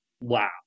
Wow